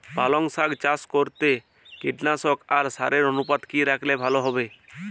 পালং শাক চাষ করতে কীটনাশক আর সারের অনুপাত কি রাখলে ভালো হবে?